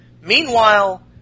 Meanwhile